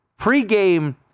pregame